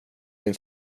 din